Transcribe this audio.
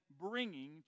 bringing